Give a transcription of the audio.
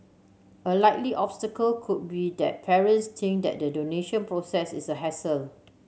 a likely obstacle could be that parents think that the donation process is a hassle